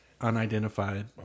unidentified